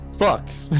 Fucked